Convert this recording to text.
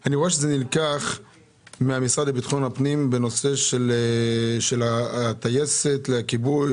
אני רואה שזה נלקח מהמשרד לביטחון פנים בנושא של הטייסת לכיבוי,